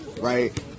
Right